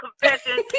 confessions